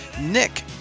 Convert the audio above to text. Nick